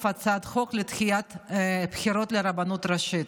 הצעת החוק לדחיית הבחירות לרבנות הראשית.